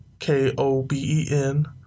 K-O-B-E-N